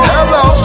Hello